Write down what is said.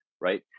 right